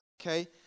Okay